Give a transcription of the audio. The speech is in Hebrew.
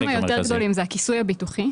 החלקים היותר גדולים זה הכיסוי הביטוחי,